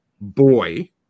boy